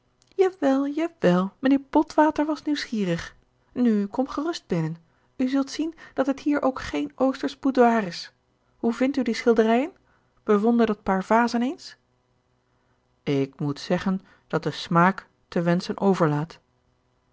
wel mijnheer botwater was nieuwsgierig nu kom gerust binnen u zult zien dat het hier ook geen oostersch boudoir is hoe vindt u die schilderijen bewonder dat paar vazen eens ik moet zeggen dat de smaak te wenschen overlaat